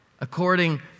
According